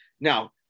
Now